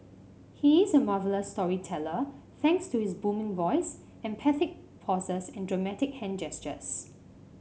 he is a marvellous storyteller thanks to his booming voice emphatic pauses and dramatic hand gestures